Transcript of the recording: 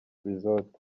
resort